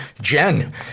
Jen